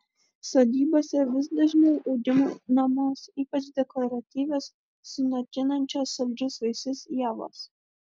sodybose vis dažniau auginamos ypač dekoratyvios sunokinančios saldžius vaisius ievos